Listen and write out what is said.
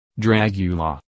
Dragula